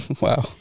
Wow